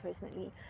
personally